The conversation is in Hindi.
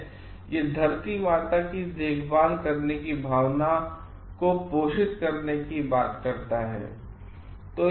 और यहधरतीमाता की देखभाल करने की भावना को पोषित करने की बात करताहै